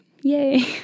yay